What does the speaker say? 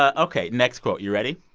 ah ok. next quote. you ready?